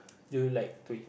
you like to eat